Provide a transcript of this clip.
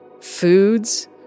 foods